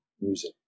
music